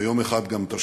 ויום אחד, גם את השלום.